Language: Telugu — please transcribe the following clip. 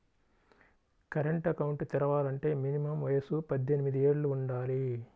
కరెంట్ అకౌంట్ తెరవాలంటే మినిమం వయసు పద్దెనిమిది యేళ్ళు వుండాలి